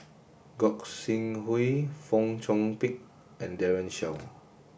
Gog Sing Hooi Fong Chong Pik and Daren Shiau